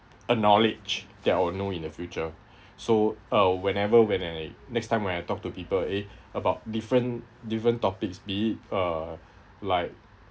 a knowledge that I would know in the future so uh whenever when I next time when I talk to people eh about different different topics be it uh like